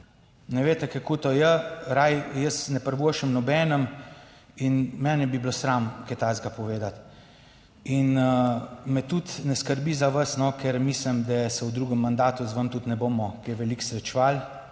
Ne veste, kako to je, raje jaz ne privoščim nobenemu in mene bi bilo sram kaj takega povedati. In me tudi ne skrbi za vas, ker mislim, da se v drugem mandatu z vami tudi ne bomo kaj veliko srečevali,